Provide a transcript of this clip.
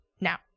now